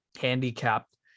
handicapped